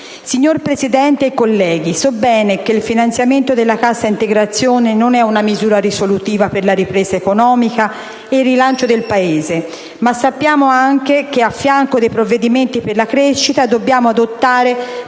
Signor Presidente, colleghi, so bene che il finanziamento della cassa integrazione non è una misura risolutiva per la ripresa economica e il rilancio del Paese, ma sappiamo anche che a fianco dei provvedimenti per la crescita dobbiamo adottare